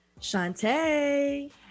Shantae